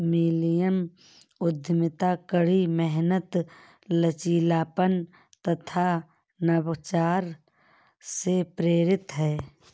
millennium उद्यमिता कड़ी मेहनत, लचीलापन तथा नवाचार से प्रेरित है